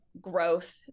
growth